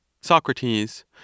Socrates